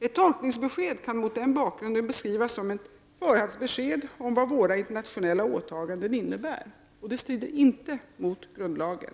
Ett tolkningsbesked kan mot den bakgrunden beskrivas som ett förhands besked om vad våra internationella åtaganden innebär. Och detta strider inte mot grundlagen.